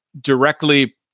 directly